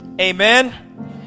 Amen